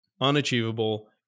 unachievable